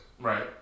Right